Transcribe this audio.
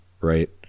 right